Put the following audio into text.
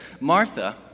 Martha